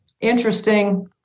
interesting